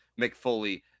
mcfoley